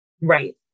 Right